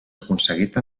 aconseguit